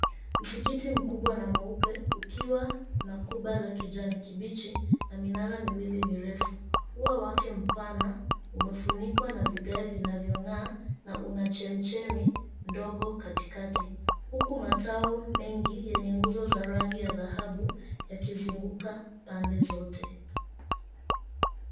Msikiti mkubwa na mweupe ukiwa na kuba la kijani kibichi na minara miwili mirefu. Ua wake mpana umefunikwa na vigae vinavyong'aa na una chemichemi ndogo katikati huku matawi mengi yenye nguzo za rangi ya dhahabu yakizunguka pande zote.